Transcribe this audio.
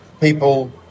people